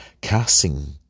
casting